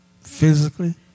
physically